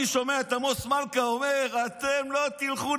אני שומע את עמוס מלכא אומר: אתם לא תלכו,